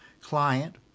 client